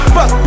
Fuck